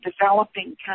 developing